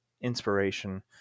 inspiration